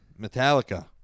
Metallica